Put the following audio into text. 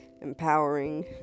empowering